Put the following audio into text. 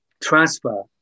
transfer